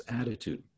attitude